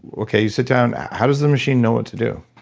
okay you sit down how does the machine know what to do?